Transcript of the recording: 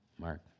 Mark